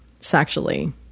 sexually